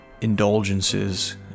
indulgences